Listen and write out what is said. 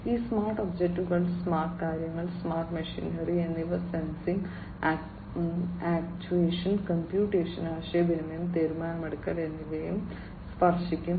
ഈ സ്മാർട്ട് ഒബ്ജക്റ്റുകൾ സ്മാർട്ട് കാര്യങ്ങൾ സ്മാർട്ട് മെഷിനറി എന്നിവ സെൻസിംഗ് ആക്ച്വേഷൻ കംപ്യൂട്ടേഷൻ ആശയവിനിമയം തീരുമാനമെടുക്കൽ എന്നിവയുമായി സ്പർശിക്കും